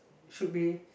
should be